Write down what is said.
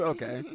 Okay